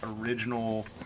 original